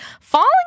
Falling